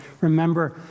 remember